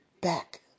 back